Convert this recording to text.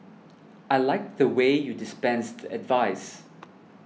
I like the way you dispensed advice